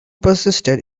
persisted